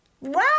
wow